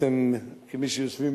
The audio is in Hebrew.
כמי שיושבים